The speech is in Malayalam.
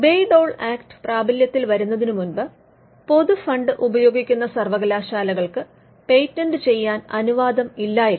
ബേയ് ഡോൾ നിയമം പ്രാബല്യത്തിൽ വരുന്നതിന് മുമ്പ് പൊതുഫണ്ട് ഉപയോഗിക്കുന്ന സർവകലാശാലകൾക്ക് പേറ്റന്റ് ചെയ്യാൻ അനുവാദം ഇല്ലായിരുന്നു